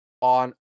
on